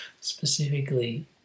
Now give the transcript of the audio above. specifically